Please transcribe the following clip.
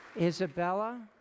Isabella